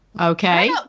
Okay